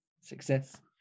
success